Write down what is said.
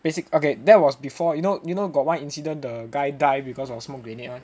basic okay that was before you know you know got one incident the guy die because of smoke grenade [one]